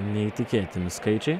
neįtikėtini skaičiai